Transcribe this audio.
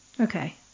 Okay